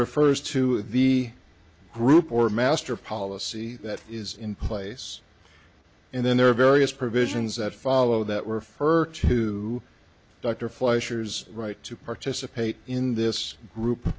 refers to the group or master policy that is in place and then there are various provisions that follow that refer to dr fleischer's right to participate in this group